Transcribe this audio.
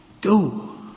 go